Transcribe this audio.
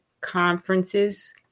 conferences